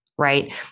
right